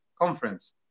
conference